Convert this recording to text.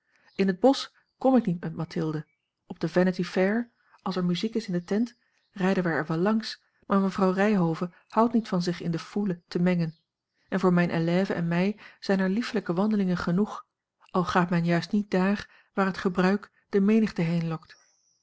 in het bosch kom ik niet met mathilde op de vanity fair als er muziek is in de tent rijden wij er wel langs maar mevrouw ryhove houdt niet van zich in de foule te mengen en voor mijne élève en mij zijn er liefelijke wandelingen genoeg al gaat men juist niet dààr waar het gebruik de menigte heenlokt